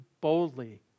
boldly